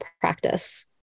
practice